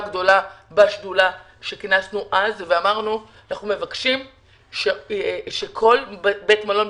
גדולה בשדולה שלנו שכינסנו אז ואמרנו שאנחנו מבקשים שכל בית מלון,